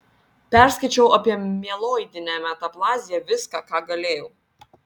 perskaičiau apie mieloidinę metaplaziją viską ką galėjau